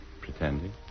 Pretending